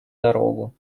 дорогу